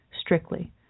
strictly